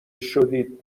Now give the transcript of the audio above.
شدید